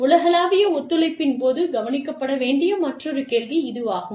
உலகளாவிய ஒத்துழைப்பின் போது கவனிக்கப்பட வேண்டிய மற்றொரு கேள்வி இது ஆகும்